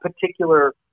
particular